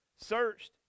searched